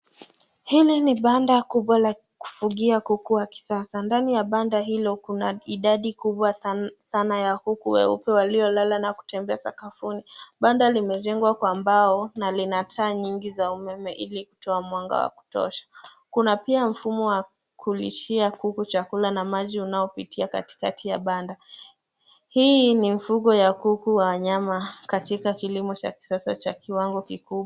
Hili ni banda kubwa la kufugia kuku la kisasa. Ndani ya banda hilo kuna idadi kubwa sana ya kuku weupe waliolala na kutembea sakafuni. Banda limejengwa kwa mbao na lina taa nyingi za umeme ili kutoa mwanga wa kutosha. Kuna pia mfumo wa kulishia kuku chakula na maji unaopitia katikati ya banda. Hii ni mfumo wa kilimo cha kisasa cha kiwango kikubwa,